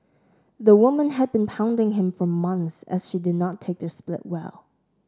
the woman had been hounding him for months as she did not take their split well